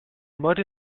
mud